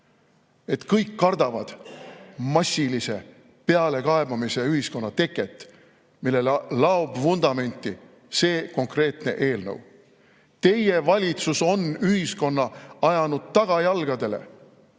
et kõik kardavad massilise pealekaebamise ühiskonna teket, millele laob vundamenti see konkreetne eelnõu. Teie valitsus on ajanud ühiskonna tagajalgadele.